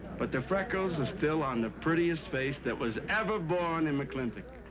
but the freckles are still on the prettiest face that was ever born in mclintock.